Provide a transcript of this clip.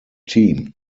team